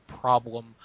problem